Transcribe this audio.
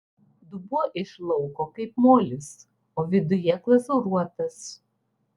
dubuo iš lauko kaip molis o viduje glazūruotas